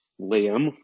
Liam